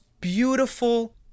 beautiful